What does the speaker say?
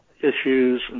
issues